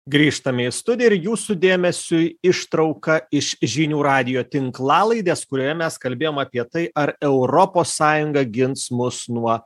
grįžtame į studiją ir jūsų dėmesiui ištrauka iš žinių radijo tinklalaidės kurioje mes kalbėjom apie tai ar europos sąjunga gins mus nuo